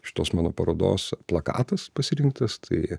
šitos mano parodos plakatas pasirinktas tai